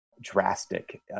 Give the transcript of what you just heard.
drastic